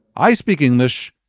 i speak english.